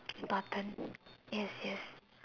button yes yes